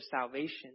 salvation